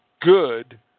good